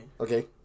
Okay